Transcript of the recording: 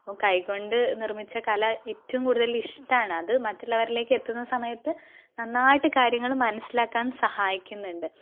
അപ്പം കൈ കൊണ്ട് നിർമിച്ച് കല ഏറ്റവും കൂടുതൽ ഇഷ്ടമാണ് അത് മറ്റുള്ളവരിലേക്ക് എത്തുന്ന സമയത്ത് നന്നായിട്ട് കാര്യങ്ങള് മനസ്സിലാക്കാൻ സഹായിക്കുന്നുണ്ട്